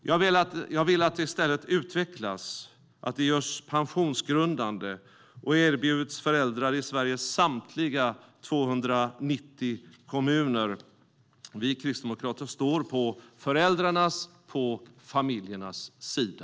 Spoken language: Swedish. Jag vill att vårdnadsbidraget i stället utvecklas, görs pensionsgrundande och erbjuds föräldrar i Sveriges samtliga 290 kommuner. Vi kristdemokrater står på föräldrarnas, på familjernas sida.